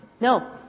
No